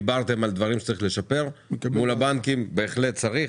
דיברתם על דברים שצריך לשפר מול הבנקים בהחלט צריך,